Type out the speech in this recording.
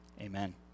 amen